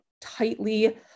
tightly